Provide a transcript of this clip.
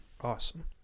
Awesome